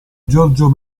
giorgio